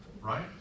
right